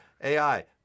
AI